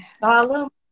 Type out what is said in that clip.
follow